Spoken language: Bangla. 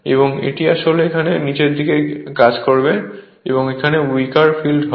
এবং এটি এখানে নীচের দিকে কাজ করছে এবং এটি এখানে উইকার ফিল্ড হয়